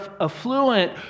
affluent